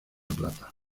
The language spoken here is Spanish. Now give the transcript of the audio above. plata